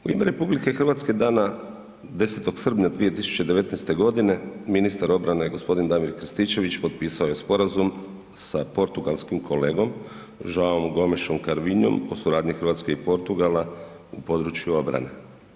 U ime RH dana 10. srpnja 2019. godine ministar obrane gospodin Damir Krstičević potpisao je sporazum sa portugalskim kolegom Joaom Gomesom Cravinhom o suradnji Hrvatske i Portugala u području obrane.